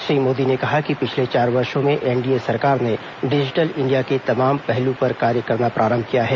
श्री मोदी ने कहा कि पिछले चार वर्षों में एनडीए सरकार ने डिजिटल इंडिया के तमाम पहलुओं पर कार्य करना प्रारंभ किया है